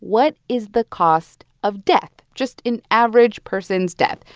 what is the cost of death? just an average person's death,